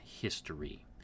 history